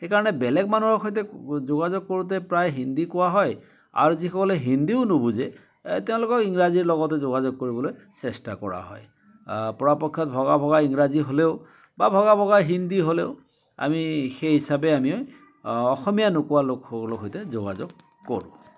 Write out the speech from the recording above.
সেইকাৰণে বেলেগ মানুহৰ সৈতে যোগাযোগ কৰোঁতে প্ৰায় হিন্দী কোৱা হয় আৰু যিসকলে হিন্দীও নুবুজে তেওঁলোকক ইংৰাজীৰ লগতে যোগাযোগ কৰিবলৈ চেষ্টা কৰা হয় পৰাপক্ষত ভগা ভগা ইংৰাজী হ'লেও বা ভগা ভগা হিন্দী হ'লেও আমি সেই হিচাপে আমি অসমীয়া নোকোৱা লোকসকলৰ সৈতে যোগাযোগ কৰোঁ